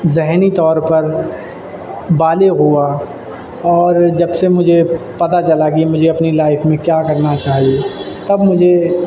ذہنی طور پر بالغ ہوا اور جب سے مجھے پتا چلا کہ مجھے اپنی لائف میں کیا کرنا چاہئے تب مجھے